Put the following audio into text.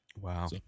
Wow